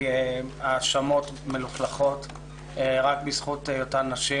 האשמות מלוכלכות רק בזכות היותן נשים.